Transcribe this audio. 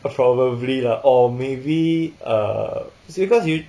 probably lah or maybe err because you